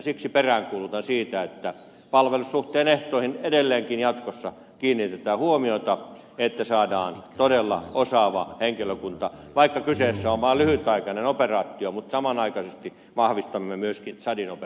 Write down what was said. siksi peräänkuulutan sitä että palvelussuhteen ehtoihin edelleenkin jatkossa kiinnitetään huomiota että saadaan todella osaava henkilökunta vaikka kyseessä on vaan lyhytaikainen operaatio mutta samanaikaisesti vahvistamme myöskin tsadin operaatiota